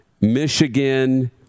michigan